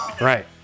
Right